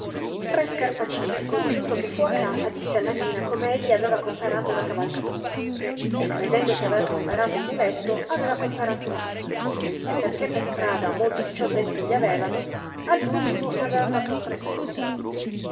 pre scarpacifico giunto che fu a casa disse alla nina come egli aveva comperato una cavalcatura e credendosi aver comperato un muletto aveva comperato un asino e perchè per strada molti ciò detto gli avevano all'ultimo n aveva fatto un presente